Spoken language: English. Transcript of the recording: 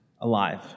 alive